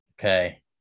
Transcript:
Okay